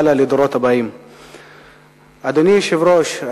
אדוני היושב-ראש,